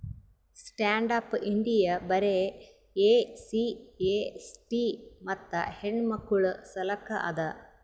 stand up India ಬರೆ SC ST ಮತ್ತ ಹೆಣ್ಣಮಕ್ಕುಳ ಸಲಕ್ ಅದ